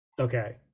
Okay